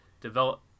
develop